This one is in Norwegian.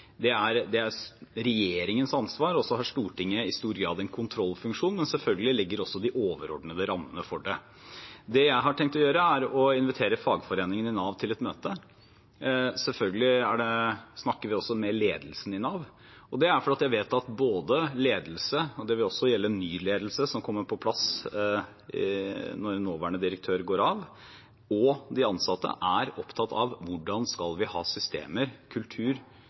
Det er regjeringens ansvar, og så har Stortinget i stor grad en kontrollfunksjon, men legger selvfølgelig også de overordnede rammene for det. Det jeg har tenkt å gjøre, er å invitere fagforeningene i Nav til et møte. Selvfølgelig snakker vi også med ledelsen i Nav, og det er fordi jeg vet at både ledelse – det vil også gjelde ny ledelse, som kommer på plass når nåværende direktør går av – og de ansatte er opptatt av hvordan vi skal ha systemer og kultur